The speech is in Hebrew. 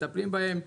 מטפלים בהם.